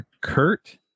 Kurt